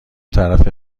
طرف